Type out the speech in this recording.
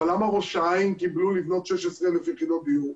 אבל למה ראש העין קיבלו לבנות 16,000 יחידות דיור?